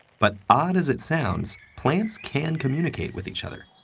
but odd as it sounds, plants can communicate with each other.